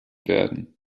werden